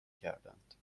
کردند